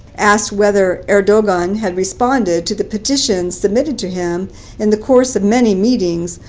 asked whether erdogan had responded to the petitions submitted to him in the course of many meetings,